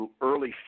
early